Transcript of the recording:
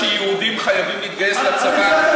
אתה מתכוון, למשל, שיהודים חייבים להתגייס לצבא?